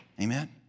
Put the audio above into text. Amen